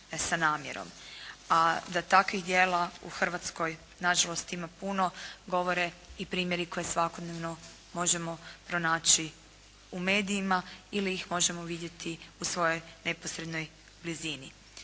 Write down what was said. A da takvih djela u Hrvatskoj nažalost ima puno govore i primjeri koje svakodnevno možemo pronaći u medijima ili ih možemo vidjeti u svojoj neposrednoj blizini.